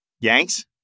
Yanks